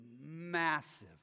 massive